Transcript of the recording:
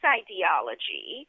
ideology